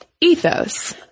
ethos